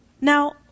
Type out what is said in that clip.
Now